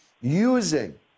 using